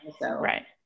Right